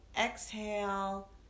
Exhale